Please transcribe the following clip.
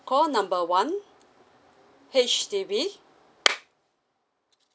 call number one H_D_B